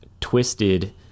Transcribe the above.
twisted